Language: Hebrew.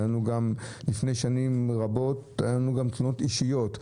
לפני שנים רבות הגיעו אלינו גם תלונות אישיות,